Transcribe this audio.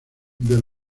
los